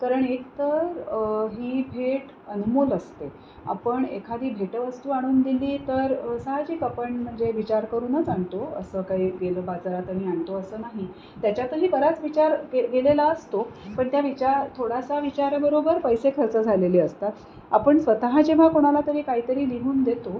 कारण एकतर ही भेट अनमोल असते आपण एखादी भेट वस्तू आणून दिली तर साहजिक आपण म्हणजे विचार करूनच आणतो असं काही गेलं बाजारात आणि आणतो असं नाही त्याच्यातही बराच विचार केलेला असतो पण त्या विचार थोडासा विचाराबरोबर पैसे खर्च झालेले असतात आपण स्वतः जेव्हा कोणाला तरी काहीतरी लिहून देतो